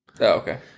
okay